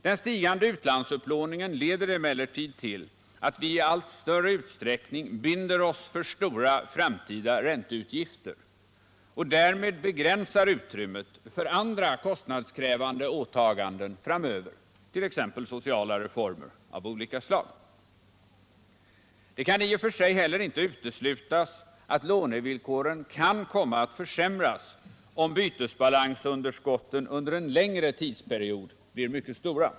Den stigande utlandsupplåningen leder emellertid till att vi i allt större utsträckning binder oss för stora framtida ränteutgifter och därmed begränsar utrymmet för andra kostnadskrävande åtaganden framöver, t.ex. sociala reformer av olika slag. Det kan i och för sig heller inte uteslutas att lånevillkoren kan komma att försämras om bytesbalansunderskotten under en längre tidsperiod blir mycket stora.